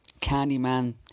Candyman